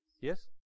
yes